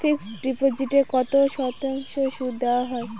Fixed ডিপোজিটে কত শতাংশ সুদ দেওয়া হয়?